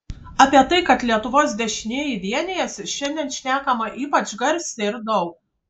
apie tai kad lietuvos dešinieji vienijasi šiandien šnekama ypač garsiai ir daug